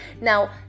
Now